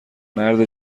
مرد